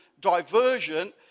diversion